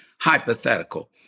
hypothetical